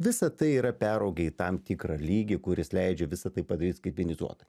visa tai yra peraugę į tam tikrą lygį kuris leidžia visa tai padaryt skaitmenizuotą